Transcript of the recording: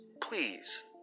please